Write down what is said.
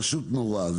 פשוט נורא.